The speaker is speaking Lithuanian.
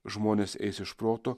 žmonės eis iš proto